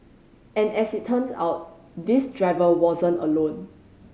and as it turns out this driver wasn't alone